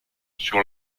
sur